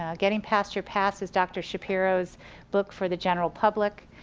ah getting past your past is dr. shapiro's book for the general public.